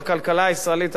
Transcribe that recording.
הכלכלה הישראלית,